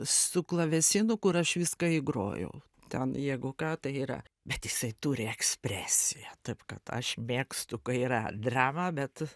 su klavesinu kur aš viską įgrojau ten jeigu ką tai yra bet jisai turi ekspresiją taip kad aš mėgstu kai yra drama bet